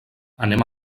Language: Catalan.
anem